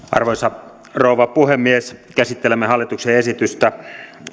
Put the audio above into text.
arvoisa rouva puhemies käsittelemme hallituksen esitystä